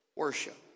worship